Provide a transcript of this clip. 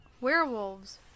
Werewolves